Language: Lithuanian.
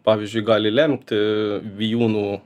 pavyzdžiui gali lemti vijūnų